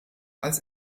als